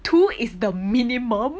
two is the minimum